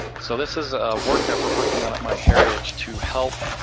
so this is a work that we're working on at myheritage to help